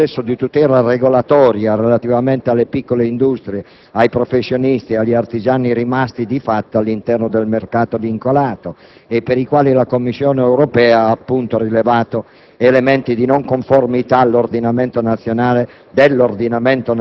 ha rilevato un eccesso di tutela regolatoria relativamente alle piccole industrie, ai professionisti e agli artigiani rimasti, di fatto, all'interno del mercato vincolato e per i quali la Commissione europea ha, appunto, rilevato elementi di non conformità dell'ordinamento nazionale